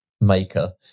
maker